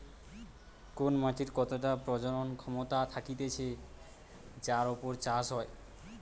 কোন মাটির কতটা প্রজনন ক্ষমতা থাকতিছে যার উপর চাষ হয়